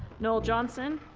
noel johnson,